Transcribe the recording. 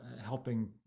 helping